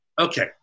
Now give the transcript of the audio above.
okay